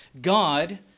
God